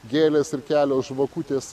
gėlės ir kelios žvakutės